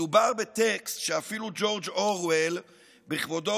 מדובר בטקסט שאפילו ג'ורג' אורוול בכבודו